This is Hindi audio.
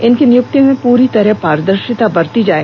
इनकी नियुक्ति में पूरी तरह पारदर्शिता बरती जाए